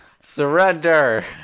Surrender